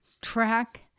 track